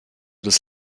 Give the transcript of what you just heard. des